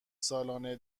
سالانه